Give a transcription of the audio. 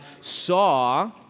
saw